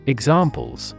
Examples